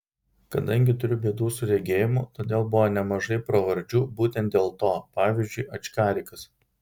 kadangi turiu bėdų su regėjimu todėl buvo nemažai pravardžių būtent dėl to pavyzdžiui ačkarikas